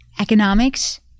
economics